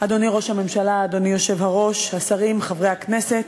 אדוני היושב-ראש, השרים, חברי הכנסת,